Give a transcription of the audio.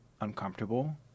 uncomfortable